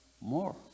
more